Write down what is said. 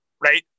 right